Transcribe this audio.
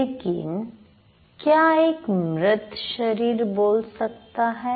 लेकिन क्या एक मृत शरीर बोल सकता है